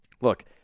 Look